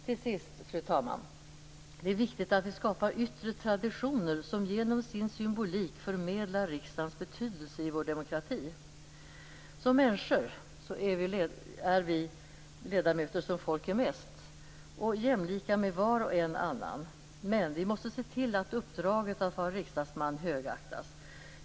Till sist, fru talman, är det viktigt att vi skapar yttre traditioner som genom sin symbolik förmedlar riksdagens betydelse i vår demokrati. Som människor är vi ledamöter som folk är mest, jämlika med var och en annan människa. Men vi måste se till att uppdraget att vara riksdagsman högaktas.